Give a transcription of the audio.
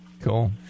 Cool